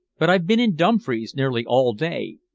but i've been in dumfries nearly all day.